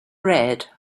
red